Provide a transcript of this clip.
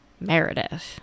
Meredith